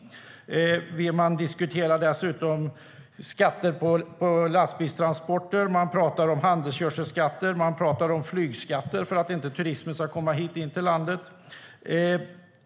Man diskuterar dessutom skatter på lastbilstransporter. Man pratar om handelsgödselskatter. Man pratar om flygskatter för att turismen inte ska komma hit till landet.